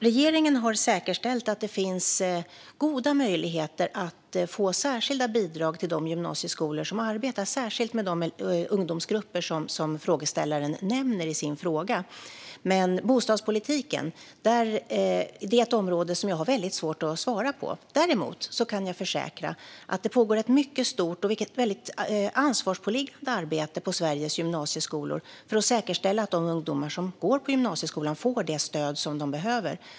Regeringen har säkerställt att det finns goda möjligheter att få särskilda bidrag för de gymnasieskolor som arbetar särskilt med de ungdomsgrupper som frågeställaren nämner i sin fråga. Men bostadspolitiken är ett område som jag har väldigt svårt att svara på frågor om. Däremot kan jag försäkra att det pågår ett mycket stort och väldigt ansvarspåliggande arbete på Sveriges gymnasieskolor för att säkerställa att de ungdomar som går i gymnasieskolan får det stöd som de behöver.